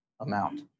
amount